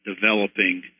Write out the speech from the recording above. developing